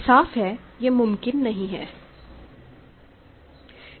साफ है कि यह मुमकिन नहीं है